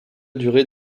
durée